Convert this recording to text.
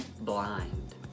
blind